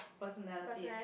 personality eh